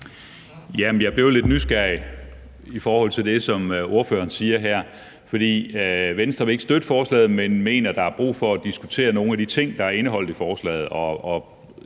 Jeg blev lidt nysgerrig i forhold til det, som ordføreren siger her. Venstre vil ikke støtte forslaget, men mener, at der er brug for at diskutere nogle af de ting, der er indeholdt i forslaget.